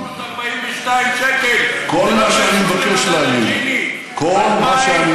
2,342 שקל, כל מה שאני מבקש להגיד, מדד הג'יני.